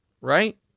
Right